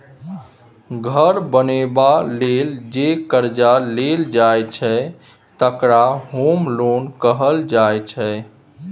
घर बनेबा लेल जे करजा लेल जाइ छै तकरा होम लोन कहल जाइ छै